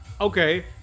Okay